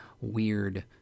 weird